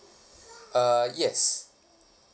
uh yes